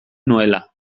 nuela